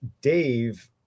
Dave